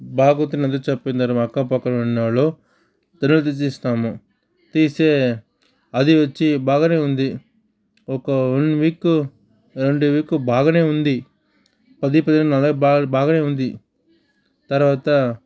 బాగుంది మళ్ళీ చెప్పిన తర్వాత పక్కనున్నోళ్ళు తర్వాత తీసేస్తాము తీసే అది వచ్చి బాగానే ఉంది ఒక వన్ వీక్ రెండు వీక్ బాగానే ఉంది పది పదహేను నాలు బాగానే ఉంది తర్వాత